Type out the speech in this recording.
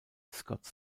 scott